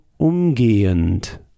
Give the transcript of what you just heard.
umgehend